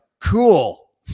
cool